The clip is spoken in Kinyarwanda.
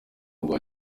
rwa